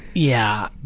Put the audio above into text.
yeah,